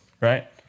right